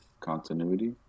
continuity